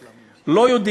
כי נראה שהם קצרים.